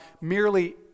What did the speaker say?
merely